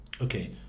okay